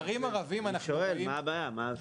אני שואל, מה הבעיה?